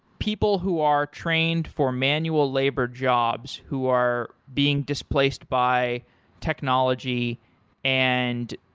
people who are trained for manual labor jobs who are being displaced by technology and